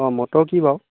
অঁ ম'ট'ৰ কি বাৰু